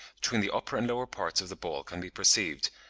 between the upper and lower parts of the ball can be perceived,